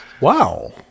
Wow